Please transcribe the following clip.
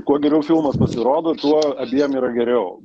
kuo geriau filmas pasirodo tuo jiem yra geriau